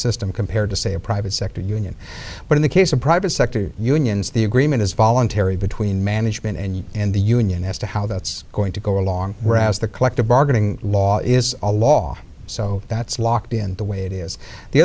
system compared to say a private sector union but in the case of private sector unions the agreement is voluntary between management and in the union as to how that's going to go along rouse the collective bargaining law is a law so that's locked in the way it is the